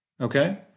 Okay